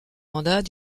mandats